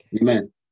Amen